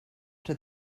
der